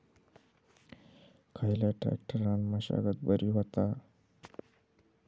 खयल्या ट्रॅक्टरान मशागत बरी होता?